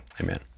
Amen